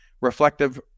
reflective